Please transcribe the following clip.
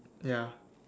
ya